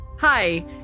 Hi